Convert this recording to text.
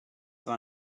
war